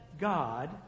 God